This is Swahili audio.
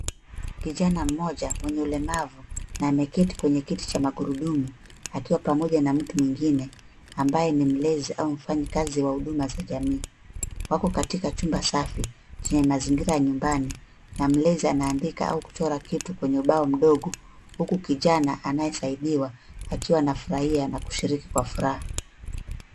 Kijana mmoja mwenye ulemavu na ameketi kwenye kiti cha magurudumu akiwa pamoja na mtu mwingine ambaye ni mlezi au mfanyikazi wa huduma za jamii wako katika chumba safi chenye mazingira ya nyumbani na mlezi anaandika au kuchora kitu kwenye ubao mdogo huku kijana anayesaidiwa akiwa anafurahia na kushiriki kwa furaha.